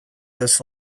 this